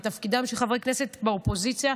בתפקידם כחברי כנסת באופוזיציה,